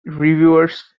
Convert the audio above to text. reviewers